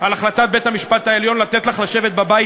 על החלטת בית-המשפט העליון לתת לך לשבת בבית